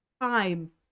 time